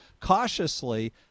cautiously